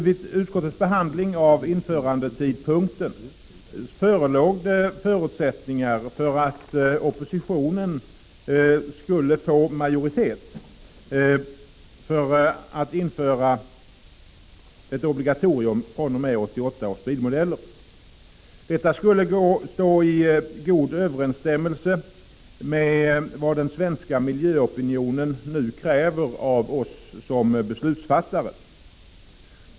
Vid utskottets behandling av införandetidpunkten förelåg det förutsättningar för att oppositionen skulle få majoritet för att införa ett obligatorium, att gälla fr.o.m. 1988 års modeller. Detta skulle stå i god överensstämmelse med vad den svenska miljöopinionen nu kräver av oss som beslutsfattare.